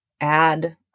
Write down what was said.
add